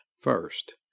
first